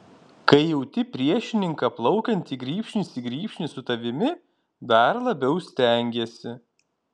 kai jauti priešininką plaukiantį grybšnis į grybšnį su tavimi dar labiau stengiesi